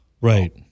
Right